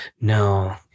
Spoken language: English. No